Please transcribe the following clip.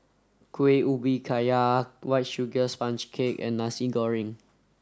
Kueh Ubi Kayu white sugar sponge cake and Nasi Goreng